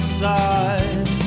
side